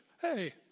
Hey